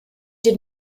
did